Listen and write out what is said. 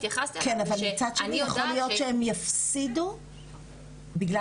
אני רק אומרת שאם יהיה פה תהליך מחקרי ומדידה